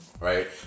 right